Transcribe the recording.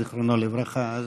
זיכרונו לברכה.